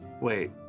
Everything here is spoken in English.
wait